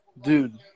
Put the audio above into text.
dude